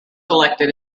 elected